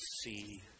see